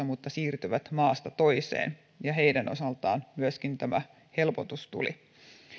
mutta siirtyvät maasta toiseen ja heidän osaltaan myöskin tämä helpotus tuli